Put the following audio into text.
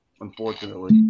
unfortunately